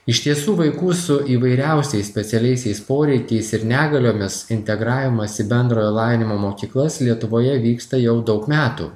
iš tiesų vaikų su įvairiausiais specialiaisiais poreikiais ir negaliomis integravimas bendrojo lavinimo mokyklas lietuvoje vyksta jau daug metų